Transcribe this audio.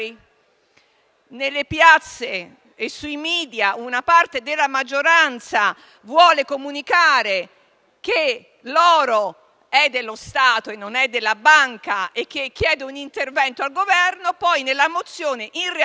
nelle piazze e sui *media* una parte della maggioranza vuole comunicare che l'oro è dello Stato, non della Banca, e chiede un intervento al Governo, ma poi nella mozione, in realtà,